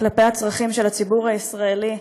כלפי הצרכים של הציבור הישראלי,